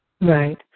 Right